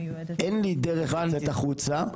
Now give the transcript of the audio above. אין לי דרך לצאת החוצה,